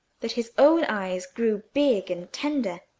that his own eyes grew big and tender,